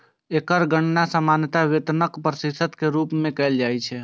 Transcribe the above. एकर गणना सामान्यतः वेतनक प्रतिशत के रूप मे कैल जाइ छै